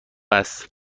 است